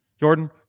Jordan